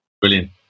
Brilliant